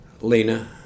Lena